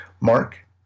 mark